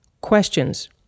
questions